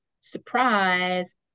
surprise